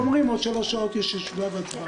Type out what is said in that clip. אומרים: עוד שלוש שעות יש ישיבה בהצבעה.